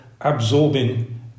absorbing